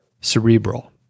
cerebral